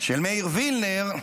של מאיר וילנר,